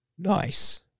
Nice